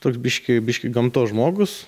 toks biškį biškį gamtos žmogus